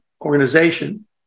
organization